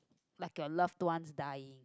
like your loved ones dying